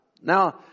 Now